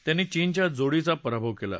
त्यांनी चीनच्या जोडीचा पराभव केला